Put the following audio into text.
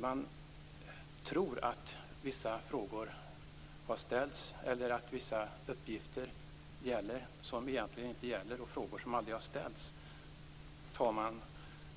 Man tror att vissa frågor har ställts som egentligen aldrig har ställts, eller att vissa uppgifter gäller som egentligen inte gäller. Dessa tar man